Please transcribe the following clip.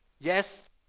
Yes